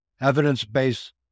evidence-based